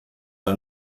ein